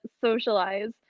socialize